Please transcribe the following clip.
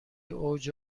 اوج